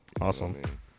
Awesome